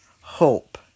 hope